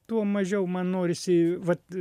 tuo mažiau man norisi vat